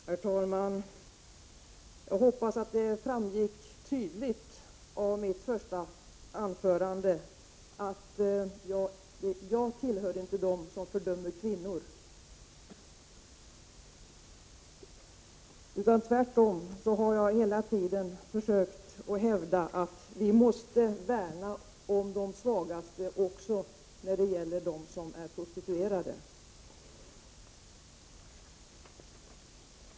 Herr talman! Jag hoppas att det framgick tydligt av mitt första anförande att jag inte tillhör dem som fördömer kvinnor som prostituerar sig. Tvärtom har jag alltid hävdat att vi måste värna om de svagaste i samhället, och det gäller också prostituerade.